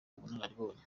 ubunararibonye